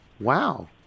Wow